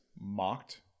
mocked